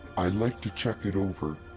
i'd like to check it over,